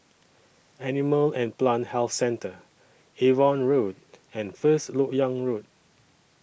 Animal and Plant Health Centre Avon Road and First Lok Yang Road